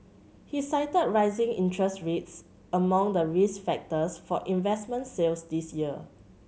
he cited rising interest rates among the risk factors for investment sales this year